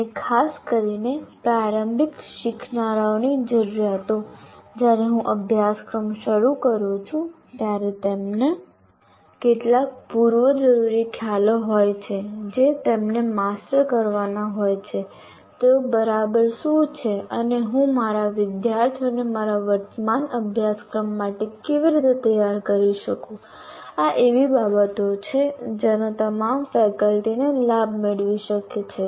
અને ખાસ કરીને પ્રારંભિક શીખનારાઓની જરૂરિયાતો જ્યારે હું અભ્યાસક્રમ શરૂ કરું છું ત્યારે તેમને કેટલાક પૂર્વજરૂરી ખ્યાલો હોય છે જે તેમને માસ્ટર કરવા હોય છે તેઓ બરાબર શું છે અને હું મારા વિદ્યાર્થીઓને મારા વર્તમાન અભ્યાસક્રમ માટે કેવી રીતે તૈયાર કરી શકું આ એવી બાબતો છે જેનો તમામ ફેકલ્ટીને લાભ મળી શકે છે